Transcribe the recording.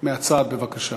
מהצד, בבקשה.